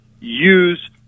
use